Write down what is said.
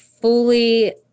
fully